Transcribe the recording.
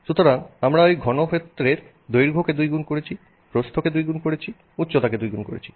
সুতরাং আমি ওই ঘনক্ষেত্রের দৈর্ঘ্যকে দুইগুণ করেছি প্রস্থকে দুইগুণ করেছি উচ্চতাকে দুইগুণ করেছি